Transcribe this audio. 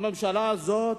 הממשלה הזאת,